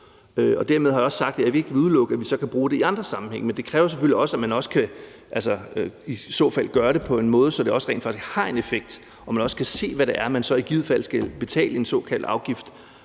Dermed har jeg også sagt, at jeg ikke vil udelukke, at vi så kan bruge det i andre sammenhænge, men det kræver selvfølgelig også, at man i så fald kan gøre det på en måde, så det rent faktisk har en effekt, og så man også kan se, hvad det er, man i givet fald skal betale en såkaldt afgift